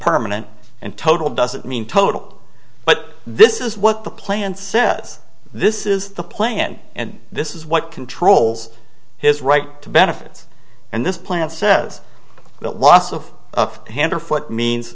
permanent and total doesn't mean total but this is what the plan says this is the plan and this is what controls his right to benefits and this plan says that loss of a hand or foot means